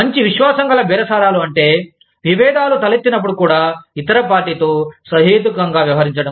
మంచి విశ్వాసం గల బేరసారాలు అంటే విభేదాలు తలెత్తినప్పుడు కూడా ఇతర పార్టీతో సహేతుకంగా వ్యవహరించడం